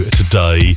today